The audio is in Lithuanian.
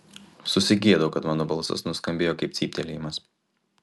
susigėdau kad mano balsas nuskambėjo kaip cyptelėjimas